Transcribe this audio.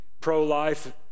pro-life